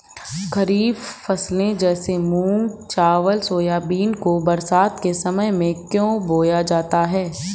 खरीफ फसले जैसे मूंग चावल सोयाबीन को बरसात के समय में क्यो बोया जाता है?